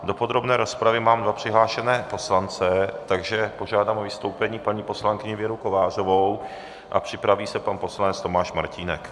Do podrobné rozpravy mám dva přihlášené poslance, takže požádám o vystoupení paní poslankyni Věru Kovářovou a připraví se pan poslanec Tomáš Martínek.